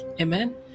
amen